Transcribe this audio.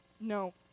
No